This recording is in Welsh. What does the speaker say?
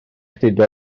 gludo